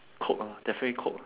coke ah definitely coke